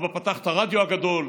אבא פתח את הרדיו הגדול,